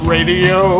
radio